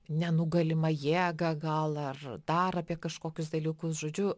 nenugalimą jėgą gal ar dar apie kažkokius dalykus žodžiu